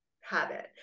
habit